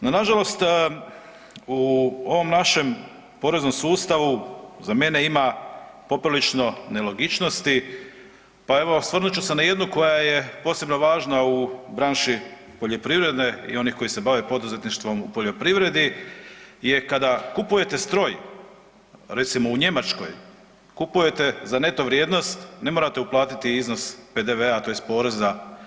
No nažalost u ovom našem poreznom sustavu za mene ima poprilično nelogičnosti, pa evo, osvrnut ću se na jednu koja je posebno važna u branši poljoprivrede i oni koji se bave poduzetništvom u poljoprivredi je kada kupujete stroj, recimo u Njemačkoj, kupujete za neto vrijednost, ne morate uplatiti iznos PDV-a tj. poreza.